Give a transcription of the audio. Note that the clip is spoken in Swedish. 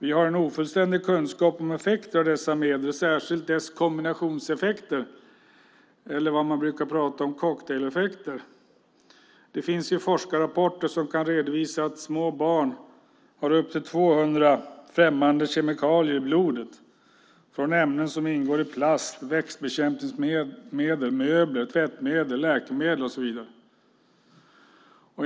Vi har ofullständig kunskap om effekter av dessa medel, särskilt kombinationseffekter eller vad man brukar kalla cocktaileffekter. Det finns ju forskarrapporter som kan redovisa att små barn har upp till 200 främmande kemikalier i blodet, alltifrån ämnen som ingår i plast till växtbekämpningsmedel, möbler, tvättmedel, läkemedel och så vidare.